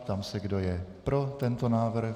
Ptám se, kdo je pro tento návrh.